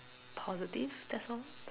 positive that's all